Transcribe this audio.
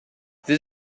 this